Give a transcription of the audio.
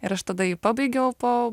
ir aš tada jį pabaigiau po